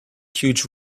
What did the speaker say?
huge